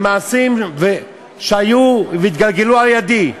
ומעשים שהיו והתגלגלו על-ידי.